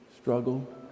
struggle